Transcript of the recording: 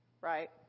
right